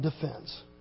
defense